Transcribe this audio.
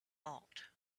bought